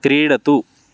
क्रीडतु